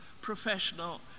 professional